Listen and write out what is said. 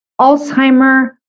Alzheimer